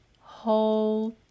hold